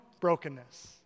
brokenness